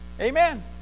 Amen